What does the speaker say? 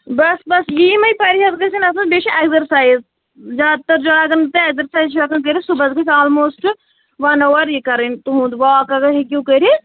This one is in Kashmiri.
بس بس یمے پرہیز گژھن آسٕنۍ بیٚیہِ چھُ ایٚکزرسایز زیادٕ تر یِم تۅہہِ ایٚکزرسایز چھُو ہیٚکان کٔرتھ صُبحس گژھِ آل موسٹ ون ہاور یہِ کَرٕنۍ واک اگر ہیٚکِو کٔرتھ